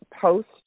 post